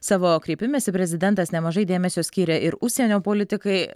savo kreipimesi prezidentas nemažai dėmesio skyrė ir užsienio politikai